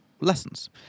lessons